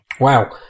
Wow